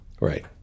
Right